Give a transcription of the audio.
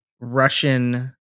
Russian